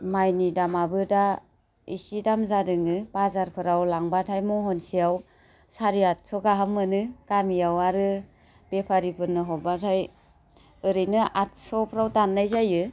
माइनि दामाबो दा इसि दाम जादोंनो बाजारफोराव लांबाथाइ महनसेयाव साराइ आटस' गाहाम मोनो गामियाव आरो बेफारिफोरनो हरबाथाइ ओरैनो आटस'फ्राव दान्नाय जायो